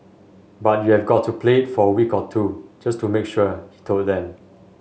but you've got to play it for a week or two just to make sure he told them